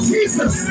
Jesus